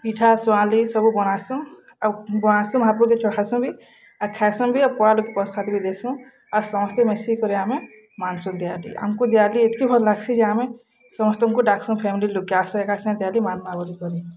ପିଠା ସୁଆଁଲି ସବୁ ବନାସୁଁ ଆଉ ବନାସୁଁ ମହାପୁର୍ କେ ଚଢ଼ାସୁଁ ବି ଆଉ ଖାଇସୁଁ ବି ଲୁକ୍ ପ୍ରସାଦ ବି ଦେଶୁଁ ଆଉ ସମସ୍ତେ ମିଶିକରି ଆମେ ମାନସୁଁ ଦିବାଲି ଆମ୍କୁ ଦିବାଲି ଏତ୍କି ଭଲ୍ ଲାଗ୍ସି ଯେ ଆମେ ସମସ୍ତଙ୍କୁ ଡାକ୍ସୁଁ ଫ୍ୟାମିଲି ଲୁକେ ଆସି ଏକାସଙ୍ଗ୍ ଦିଆଲି ମାନ୍ବା ବୋଲି କରି